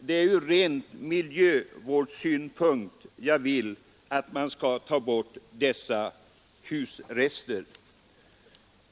Det är ur ren miljövårdssynpunkt som jag vill att man skall ta bort dessa husrester.